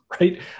right